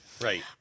Right